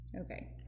Okay